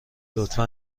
لطفا